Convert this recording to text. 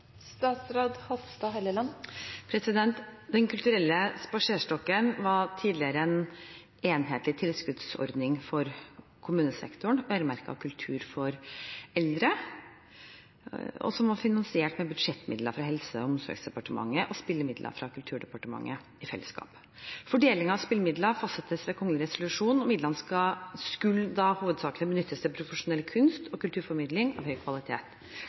Den kulturelle spaserstokken var tidligere en enhetlig tilskuddsordning for kommunesektoren, øremerket kultur for eldre, som var finansiert med budsjettmidler fra Helse- og omsorgsdepartementet og spillemidler fra Kulturdepartementet i fellesskap. Fordelingen av spillemidler fastsettes ved kongelig resolusjon, og midlene skulle hovedsakelig benyttes til profesjonell kunst- og kulturformidling av høy kvalitet.